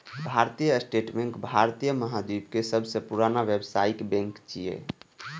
भारतीय state bank भारतीय महाद्वीपक सबसं पुरान व्यावसायिक बैंक छियै